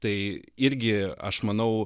tai irgi aš manau